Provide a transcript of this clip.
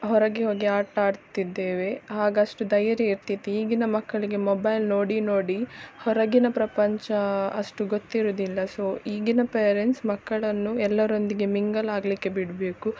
ಹೊರಗೆ ಹೋಗಿ ಆಟ ಆಡ್ತಿದ್ದೇವೆ ಆಗ ಅಷ್ಟು ಧೈರ್ಯ ಇರ್ತಿತ್ತು ಈಗಿನ ಮಕ್ಕಳಿಗೆ ಮೊಬೈಲ್ ನೋಡಿ ನೋಡಿ ಹೊರಗಿನ ಪ್ರಪಂಚ ಅಷ್ಟು ಗೊತ್ತಿರುವುದಿಲ್ಲ ಸೊ ಈಗಿನ ಪೇರೆಂಟ್ಸ್ ಮಕ್ಕಳನ್ನು ಎಲ್ಲರೊಂದಿಗೆ ಮಿಂಗಲ್ ಆಗಲಿಕ್ಕೆ ಬಿಡಬೇಕು